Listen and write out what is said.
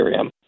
Ethereum